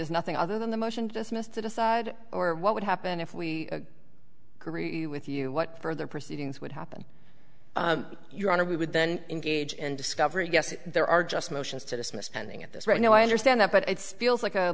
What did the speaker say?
is nothing other than the motion to dismiss to decide or what would happen if we agree with you what further proceedings would happen your honor we would then engage in discovery guesses there are just motions to dismiss pending at this right now i understand that but it's feels like a